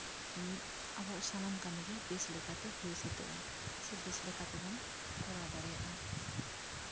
ᱟᱵᱚᱣᱟᱜ ᱥᱟᱱᱟᱢ ᱠᱟᱹᱢᱤᱜᱮ ᱵᱮᱥ ᱞᱮᱠᱟᱛᱮ ᱦᱩᱭ ᱥᱟᱹᱛᱟᱹᱜᱼᱟ ᱥᱮ ᱵᱮᱥ ᱞᱮᱠᱟ ᱛᱮᱵᱚᱱ ᱠᱚᱨᱟᱣ ᱫᱟᱲᱮᱭᱟᱜᱼᱟ